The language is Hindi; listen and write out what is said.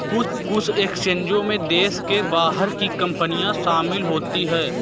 कुछ एक्सचेंजों में देश के बाहर की कंपनियां शामिल होती हैं